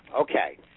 Okay